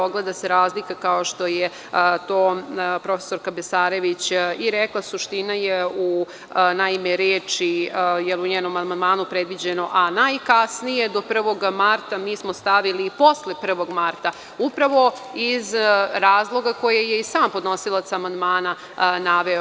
Ogleda se razlika, kao što je to prof. Besarović rekla, suština je, naime, u reči, u njenom amandmanu je predviđeno: „a najkasnije do 1. marta“, mi smo stavili i posle 1. marta, upravo iz razloga koje je i sam podnosilac amandmana naveo.